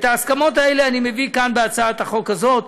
את ההסכמות האלה אני מביא כאן, בהצעת החוק הזאת.